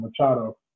Machado